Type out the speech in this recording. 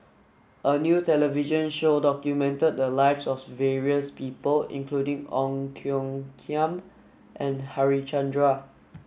a new television show documented the lives of various people including Ong Tiong Khiam and Harichandra